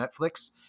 Netflix